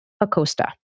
Acosta